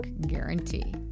guarantee